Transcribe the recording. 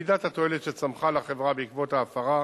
מידת התועלת שצמחה לחברה בעקבות ההפרה,